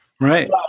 right